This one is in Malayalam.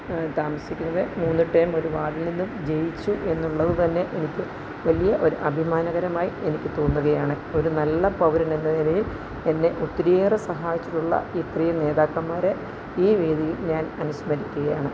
താമസിക്കുന്നത് മൂന്ന് ട്ടയം ഒരു വാർഡിൽ നിന്നും ജയിച്ചു എന്നുള്ളത് തന്നെ എനിക്ക് വലിയ ഒരു അഭിമാനകരമായി എനിക്ക് തോന്നുകയാണ് ഒരു നല്ല പൗരൻ എന്ന നിലയിൽ എന്നെ ഒത്തിരിയേറെ സഹായിച്ചിട്ടുള്ള ഇത്രയും നേതാക്കൻമാരെ ഈ വേദിയിൽ ഞാൻ അനുസ്മരിക്കുകയാണ്